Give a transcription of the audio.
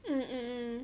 mm mm